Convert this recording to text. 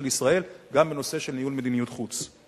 ישראל גם בנושא של ניהול מדיניות חוץ,